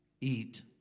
eat